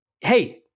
Hey